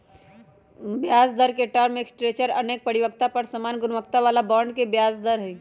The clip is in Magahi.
ब्याजदर के टर्म स्ट्रक्चर अनेक परिपक्वता पर समान गुणवत्ता बला बॉन्ड के ब्याज दर हइ